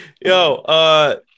yo